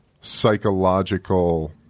psychological